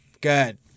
good